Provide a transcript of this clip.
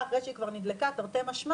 זאת אומרת שהוא מתייחס לשלטון